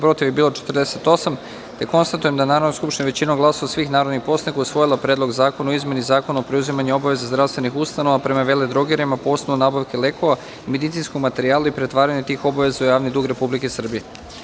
Konstatujem da Narodna skupština većinom glasova svih narodnih poslanika usvojila Predlog zakona o izmeni zakona o preuzimanju obaveza zdravstvenih ustanova prema veledrogerijama po osnovu nabavke lekova i medicinskog materijala i pretvaranju tih obaveza u javni dug Republike Srbije.